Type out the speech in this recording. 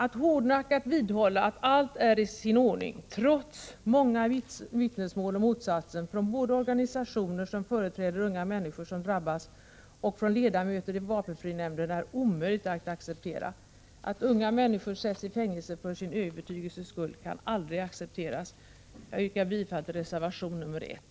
Att hårdnackat vidhålla att allt är i sin ordning trots många vittnesmål om motsatsen både från organisationer, som företräder unga människor som drabbats, och från ledamöter i vapenfrinämnden är omöjligt att acceptera. Att unga människor sätts i fängelse för sin övertygelses skull kan aldrig accepteras. Jag yrkar bifall till reservation nr 1.